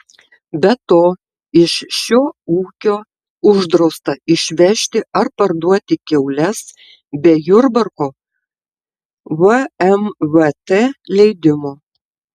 be to iš šio ūkio uždrausta išvežti ar parduoti kiaules be jurbarko vmvt leidimo